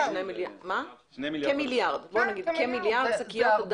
נגיד כמיליארד שקיות.